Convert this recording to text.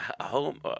home